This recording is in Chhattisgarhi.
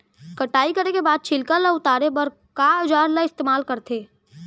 कटाई करे के बाद छिलका ल उतारे बर का औजार ल इस्तेमाल करथे?